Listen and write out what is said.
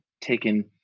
taken